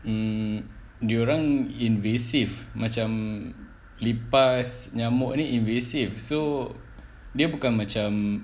mm dia orang invasive macam lipas nyamuk ni invasive so dia bukan macam